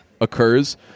occurs